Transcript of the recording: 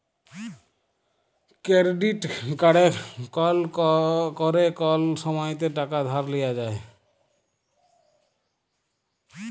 credit কাড়ে ক্যরে কল সময়তে টাকা ধার লিয়া যায়